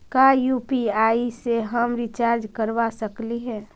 का यु.पी.आई से हम रिचार्ज करवा सकली हे?